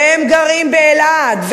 והם גרים באלעד,